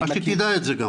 רק שתדע את זה.